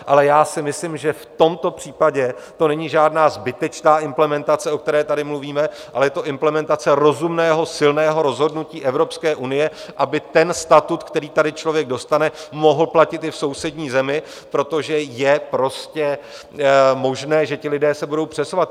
Ale já si myslím, že v tomto případě to není žádná zbytečná implementace, o které tady mluvíme, ale je to implementace rozumného, silného rozhodnutí Evropské unie, aby ten statut, který tady člověk dostane, mohl platit i v sousední zemi, protože je prostě možné, že se ti lidé budou přesouvat.